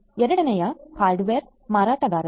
ಎರಡನೆಯದು ಹಾರ್ಡ್ವೇರ್ ಮಾರಾಟಗಾರರು